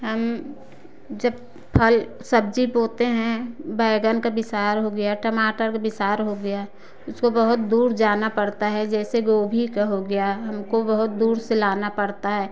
हम जब फल सब्ज़ी बोते हैं बैंगन का बिसार हो गया टमाटर का बिसार हो गया उसको बहुत दूर जाना पड़ता है जैसे गोभी का हो गया हमको बहुत दूर से लाना पड़ता है